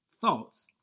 thoughts